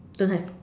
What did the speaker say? don't have